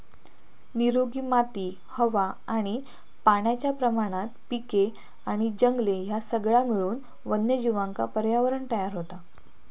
निरोगी माती हवा आणि पाण्याच्या प्रमाणात पिके आणि जंगले ह्या सगळा मिळून वन्यजीवांका पर्यावरणं तयार होता